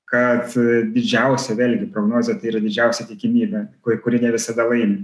kad didžiausia vėlgi prognozė tai yra didžiausia tikimybė ku kuri ne visada laimi